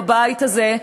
בבית הזה,